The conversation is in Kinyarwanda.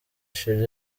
chili